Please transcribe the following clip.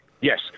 Yes